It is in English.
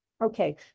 Okay